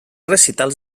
recitals